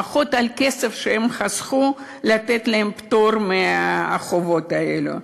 לפחות על הכסף שהם חסכו לתת להם פטור מהחובות האלו.